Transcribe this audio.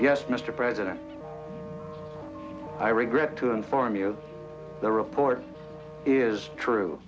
yes mr president i regret to inform you the report is true